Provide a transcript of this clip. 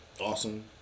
awesome